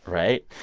right?